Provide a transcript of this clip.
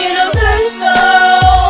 Universal